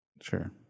Sure